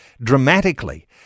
Dramatically